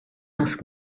ask